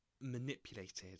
manipulated